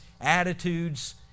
attitudes